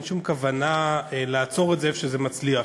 שום כוונה לעצור את זה במקום שזה מצליח,